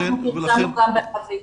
אנחנו פרסמנו גם בערבית.